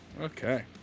Okay